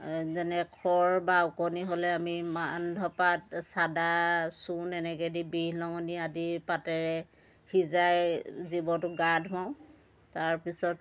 যেনে খৰ বা ওকণি হ'লে আমি মান ধঁপাত চাদা চূণ এনেকৈ দি বিহলঙনি আদি পাতেৰে সিজাই জীৱটোক গা ধুৱাওঁ তাৰপিছত